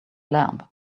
lamb